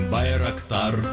Bayraktar